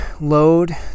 load